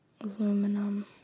Aluminum